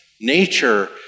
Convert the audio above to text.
nature